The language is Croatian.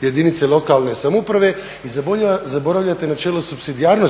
jedinice lokalne samouprave. I zaboravljate načelo supsidijarnosti,